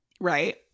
Right